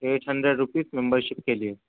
at hundred rupees membership کے لیے